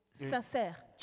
sincère